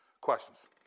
Questions